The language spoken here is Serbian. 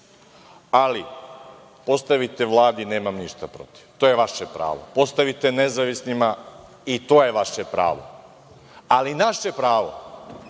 ali postavite Vladi, nemam ništa protiv. To je vaše pravo. Postavite nezavisnima, i to je vaše pravo, ali naše je pravo